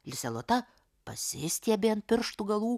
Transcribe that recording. lisė lota pasistiebė ant pirštų galų